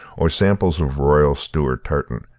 or samples of royal stewart tartan,